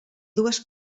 dues